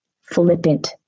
flippant